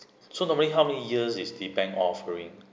so normally how many years is the bank offering